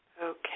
Okay